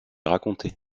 raconter